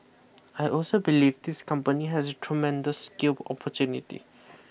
I also believe this company has tremendous scale opportunity